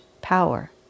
power